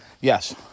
yes